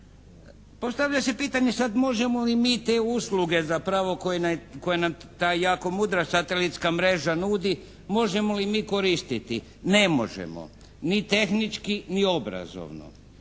Postavlja se pitanje sad možemo li mi te usluge zapravo koje nam ta jako mudra satelitska mreža nudi, možemo li mi koristiti? Ne možemo. Ni tehnički ni obrazovno.